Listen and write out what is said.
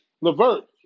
Levert